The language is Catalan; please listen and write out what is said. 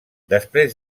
després